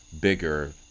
bigger